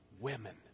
women